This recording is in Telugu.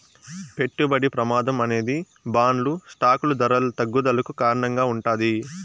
పెట్టుబడి ప్రమాదం అనేది బాండ్లు స్టాకులు ధరల తగ్గుదలకు కారణంగా ఉంటాది